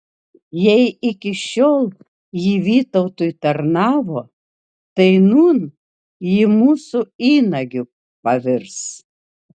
jei iki šiol ji vytautui tarnavo tai nūn ji mūsų įnagiu pavirs